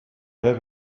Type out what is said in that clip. have